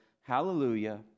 Hallelujah